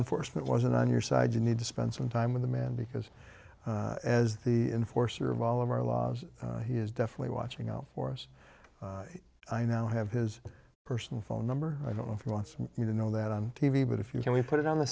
enforcement wasn't on your side you need to spend some time with the man because as the enforcer of all of our lives he is definitely watching out for us i now have his personal phone number i don't know if he wants me to know that on t v but if you can we put it on the